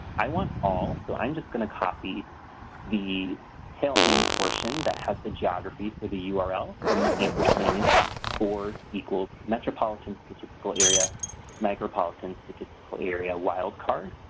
i want all so i'm just going to copy the tail end portion that has the geography for the url from the ampersand four equals metropolitan statistical area micropolitan statistical area wild card.